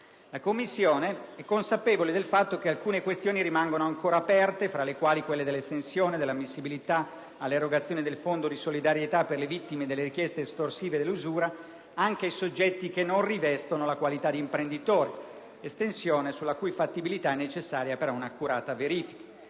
La Commissione è consapevole del fatto che alcune questioni restano ancora aperte, prima fra le quali quella dell'estensione dell'ammissibilità alle erogazioni del Fondo di solidarietà per le vittime delle richieste estorsive e dell'usura anche ai soggetti che non rivestono la qualità d'imprenditore, estensione sulla cui fattibilità è necessaria però un'accurata verifica.